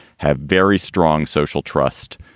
have very strong social trust,